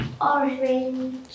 orange